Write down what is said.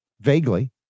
Vaguely